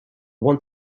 want